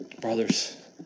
Brothers